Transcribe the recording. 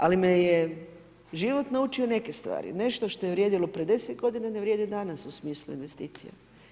Ali me je život naučio neke stvari, nešto što je vrijedilo pred 10 godina ne vrijedi danas smislu investicija.